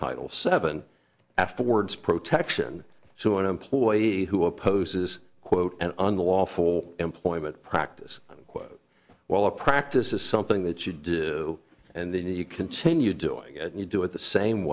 title seven afterwards protection to an employee who opposes quote an unlawful employment practice while a practice is something that you do and then you continue doing it and you do it the same